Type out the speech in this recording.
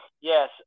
yes